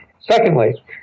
Secondly